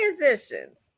transitions